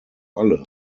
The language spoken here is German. alle